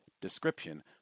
description